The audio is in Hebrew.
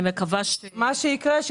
מה שיקרה,